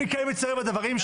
אני כן מצטרף לדברים,